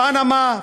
פנמה,